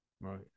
right